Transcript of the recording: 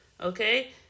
okay